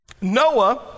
Noah